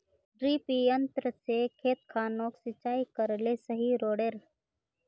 डिरिपयंऋ से खेत खानोक सिंचाई करले सही रोडेर?